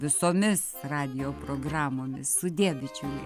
visomis radijo programomis sudie bičiuliai